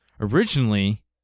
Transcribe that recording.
originally